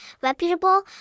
reputable